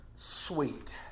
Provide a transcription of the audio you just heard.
sweet